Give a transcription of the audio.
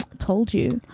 told you,